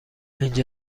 اینجا